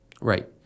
right